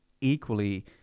equally